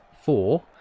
four